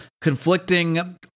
conflicting